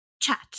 chat